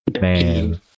Man